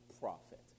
profit